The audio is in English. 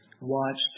watched